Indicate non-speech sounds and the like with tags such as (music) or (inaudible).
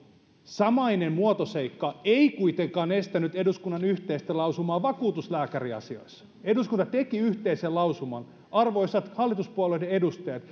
samainen muotoseikka ei kuitenkaan estänyt eduskunnan yhteistä lausumaa vakuutuslääkäriasiassa eduskunta teki yhteisen lausuman arvoisat hallituspuolueiden edustajat (unintelligible)